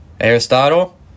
Aristotle